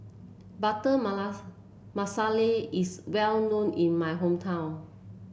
Butter Malasa Masala is well known in my hometown